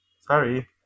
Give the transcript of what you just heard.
Sorry